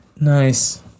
nice